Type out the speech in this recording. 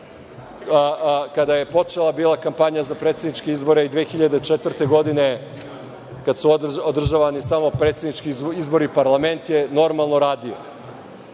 kada je bila počela kampanja za predsedničke izbore i 2004. godine, kada su održavani samo predsednički izbori, parlament je normalno radio.